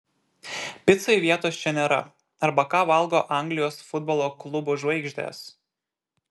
picai vietos čia nėra arba ką valgo anglijos futbolo klubų žvaigždės